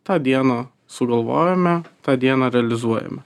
tą dieną sugalvojame tą dieną realizuojame